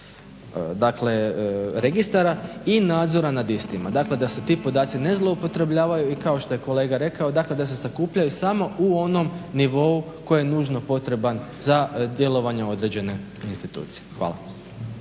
registara i nadzora nad istima. Dakle, da se ti podaci ne zloupotrebljavaju i kao što je kolega rekao dakle da se sakupljaju samo u onom nivou koji je nužno potreban za djelovanje određene institucije. Hvala.